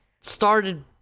started